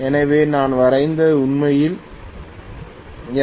எனவே நான் வரைந்தால் உண்மையில் எம்